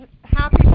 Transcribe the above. happy